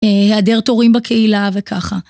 היעדר תורים בקהילה וככה.